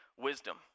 wisdom